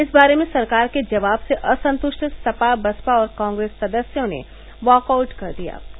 इस बारे में सरकार के जवाब से असंतुष्ट सपा बसपा और कांग्रेस सदस्य ने वाकआट कर गये